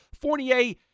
Fournier